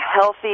healthy